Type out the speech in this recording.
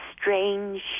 strange